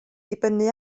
dibynnu